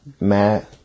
Matt